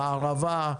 בערבה,